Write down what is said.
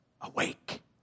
Awake